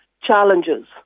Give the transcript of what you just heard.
challenges